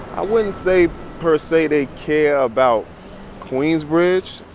i wouldn't say, per se, they care about queensbridge.